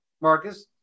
marcus